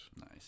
Nice